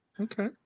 okay